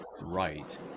right